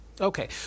Okay